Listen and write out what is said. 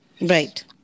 right